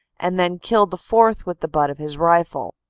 and then killed the fourth with the butt of his rifle.